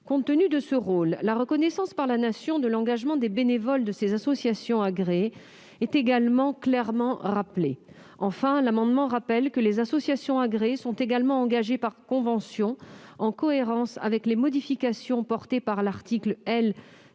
Compte tenu de ce rôle, la reconnaissance par la Nation de l'engagement des bénévoles de ces associations agréées est également clairement rappelée. Enfin, nous rappelons par cet amendement que les associations agréées sont également engagées par conventions, en cohérence avec les modifications portées à l'article L.